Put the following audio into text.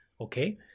Okay